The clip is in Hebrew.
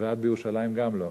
ואת, בירושלים, גם לא.